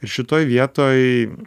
ir šitoj vietoj